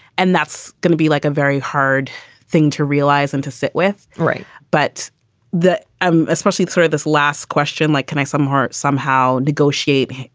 and that's gonna be like a very hard thing to realize and to sit with. right. but that especially through this last question, like, can i somehow or somehow negotiate,